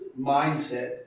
mindset